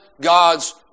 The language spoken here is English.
God's